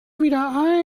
wieder